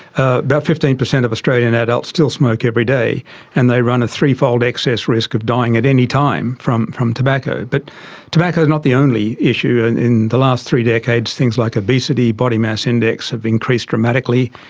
ah about fifteen percent of australian adults still smoke every day and they run a threefold excess risk of dying at any time from from tobacco. but tobacco is not the only issue. and in the last three decades things like obesity, body mass index have increased dramatically.